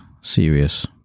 serious